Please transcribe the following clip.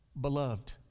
beloved